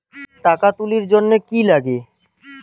টাকা তুলির জন্যে কি লাগে?